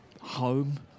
Home